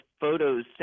photos